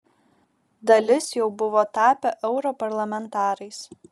dalis jau buvo tapę europarlamentarais